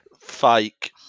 fake